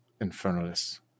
Infernalists